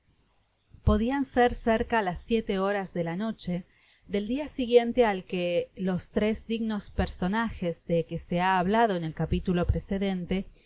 odian ser cerca las siete horas de la noche del dia siguiente al en que los tres dignos personajes de que se ha hablado en el capitulo precedente